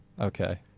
okay